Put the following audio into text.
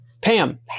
Pam